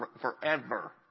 forever